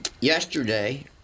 yesterday